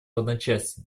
одночасье